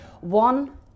one